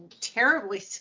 terribly